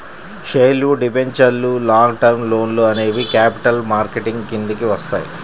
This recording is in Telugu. షేర్లు, డిబెంచర్లు, లాంగ్ టర్మ్ లోన్లు అనేవి క్యాపిటల్ మార్కెట్ కిందికి వత్తయ్యి